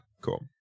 cool